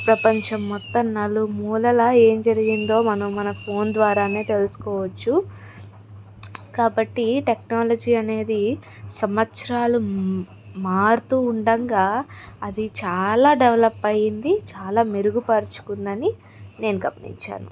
ప్రపంచం మొత్తంనలుమూలల ఏం జరిగిందో మనం మన ఫోన్ ద్వారానే తెలుసుకోవచ్చు కాబట్టి టెక్నాలజీ అనేది సంవత్సరాలు మారుతూ ఉండంగా అది చాలా డెవలప్ అయింది చాలా మెరుగుపరుచుకుందని నేను గమనించాను